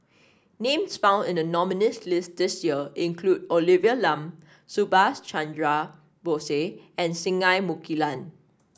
names found in the nominees' list this year include Olivia Lum Subhas Chandra Bose and Singai Mukilan